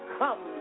come